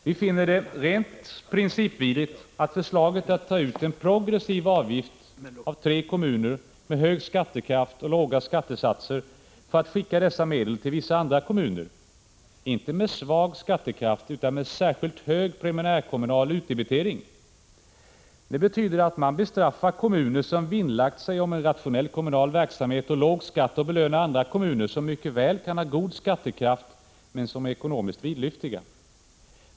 Vi finner det rent principvidrigt att, som föreslås, ta ut en progressiv avgift av tre kommuner med hög skattekraft och låga skattesatser för att sedan skicka dessa medel till vissa andra kommuner — som inte har svag skattekraft men som har särskilt hög primärkommunal utdebitering. Det betyder att man bestraffar kommuner som har vinnlagt sig om en rationell kommunal verksamhet och låg skatt och att man belönar andra kommuner som mycket väl kan ha god skattekraft men som är ekonomiskt vidlyftiga.